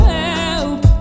help